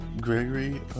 Gregory